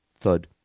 thud